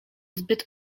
zbyt